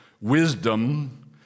wisdom